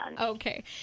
okay